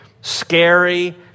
scary